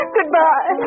Goodbye